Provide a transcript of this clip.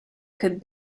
could